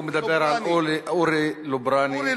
הוא מדבר על אורי לוברני,